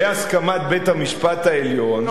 בהסכמת בית-המשפט העליון,